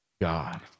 God